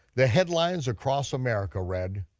the headlines across america read,